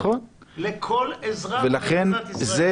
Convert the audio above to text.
לכל אזרח במדינת ישראל.